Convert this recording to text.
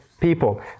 people